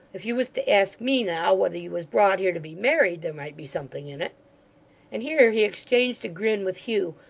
if you was to ask me, now, whether you was brought here to be married, there might be something in it and here he exchanged a grin with hugh,